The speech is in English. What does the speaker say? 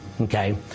okay